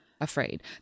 afraid